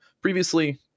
previously